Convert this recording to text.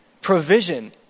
provision